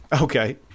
Okay